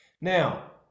Now